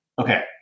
okay